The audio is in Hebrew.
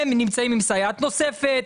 הם נמצאים עם סייעת נוספת,